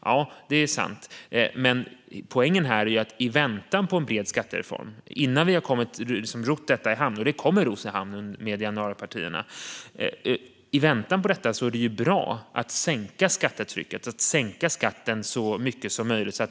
Ja, det är sant. Men poängen här är att det görs i väntan på en bred skattereform, innan vi har rott detta i hamn. Det kommer att ros i hamn med januaripartierna. I väntan på detta är det bra att sänka skattetrycket och sänka skatten så mycket som möjligt.